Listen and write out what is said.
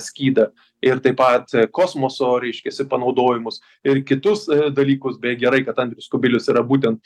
skydą ir taip pat kosmoso reiškiasi panaudojimus ir kitus dalykus beje gerai kad andrius kubilius yra būtent